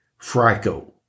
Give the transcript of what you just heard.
FRICO